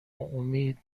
امید